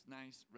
nice